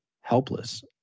helpless